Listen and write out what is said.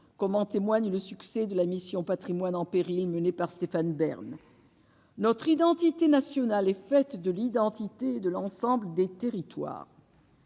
comme en témoigne le succès de la mission Patrimoine en péril menée par Stéphane Bern, notre identité nationale et fait de l'identité de l'ensemble des territoires.